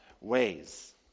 ways